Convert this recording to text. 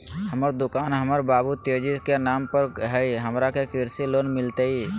हमर दुकान हमर बाबु तेजी के नाम पर हई, हमरा के कृषि लोन मिलतई?